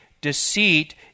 deceit